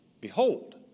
Behold